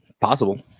possible